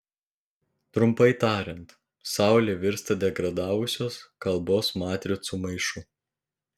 trumpai tariant saulė virsta degradavusios kalbos matricų maišu